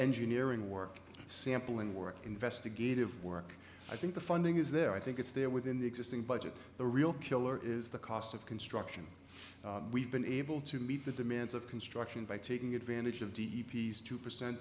engineering work sample and work investigative work i think the funding is there i think it's there within the existing budget the real killer is the cost of construction we've been able to meet the demands of construction by taking advantage of d e p s two percent